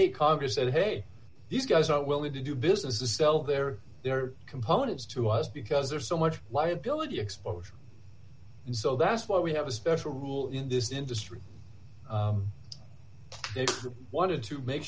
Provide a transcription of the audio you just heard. eight congress said hey these guys are willing to do business to sell their their components to us because there's so much liability exposure and so that's why we have a special rule in this industry wanted to make